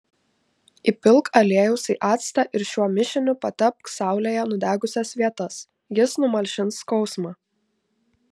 įpilk aliejaus į actą ir šiuo mišiniu patepk saulėje nudegusias vietas jis numalšins skausmą